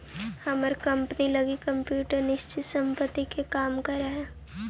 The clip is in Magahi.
हमर कंपनी लगी कंप्यूटर निश्चित संपत्ति के काम करऽ हइ